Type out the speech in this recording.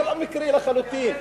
זה לא מקרי לחלוטין.